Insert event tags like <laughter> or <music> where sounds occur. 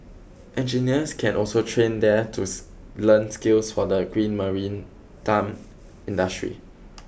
engineers can also train there to <unintelligible> learn skills for the green marine time industry